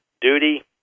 duty